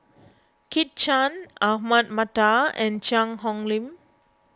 Kit Chan Ahmad Mattar and Cheang Hong Lim